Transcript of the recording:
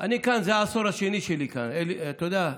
זה העשור השני שלי כאן, אתה יודע,